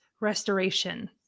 restoration